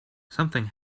something